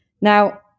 now